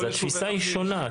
אז התפיסה היא שונה.